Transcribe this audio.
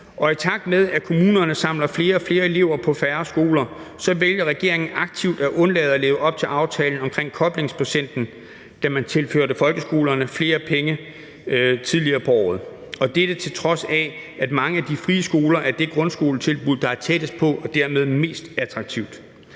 i takt med at kommunerne samler flere og flere elever på færre skoler, vælger regeringen aktivt at undlade at leve op til aftalen omkring koblingsprocenten, da man tilførte folkeskolerne flere penge tidligere på året – og dette, på trods af at mange af de frie skoler er det grundskoletilbud, der er tættest på og dermed mest attraktivt.